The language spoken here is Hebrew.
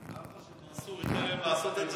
נראה לך שמנסור ייתן להם לעשות את זה?